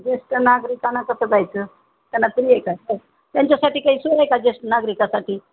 जेष्ठ नागरिकांनां कसं जायचं त्यांना खुलं आहे का त्यांच्यासाठी काही सोय आहे का ज्येष्ठ नागरिकासाठी